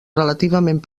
relativament